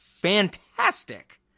fantastic